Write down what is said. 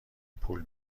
پول